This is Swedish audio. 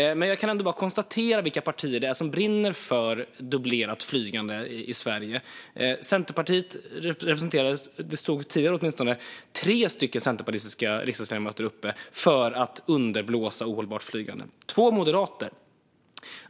Men jag kan ändå konstatera vilka partier det är som brinner för dubblerat flygande i Sverige. Det stod åtminstone tidigare tre centerpartistiska ledamöter på talarlistan för att underblåsa ohållbart flygande - och två moderater.